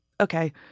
okay